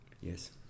Yes